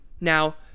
now